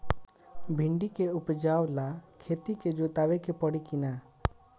भिंदी के उपजाव ला खेत के जोतावे के परी कि ना?